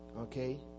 okay